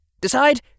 Decide